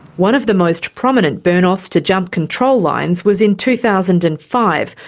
one of the most prominent burn offs to jump control lines was in two thousand and five,